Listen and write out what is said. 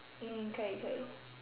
mm 可以可以